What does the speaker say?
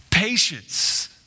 patience